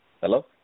Hello